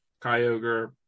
Kyogre